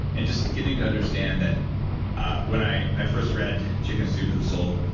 and just getting to understand that when i i first read chicken soup for the soul,